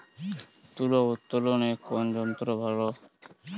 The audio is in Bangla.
তুলা উত্তোলনে কোন যন্ত্র ভালো?